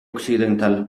occidental